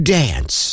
dance